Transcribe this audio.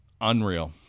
unreal